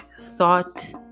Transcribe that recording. thought